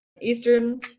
eastern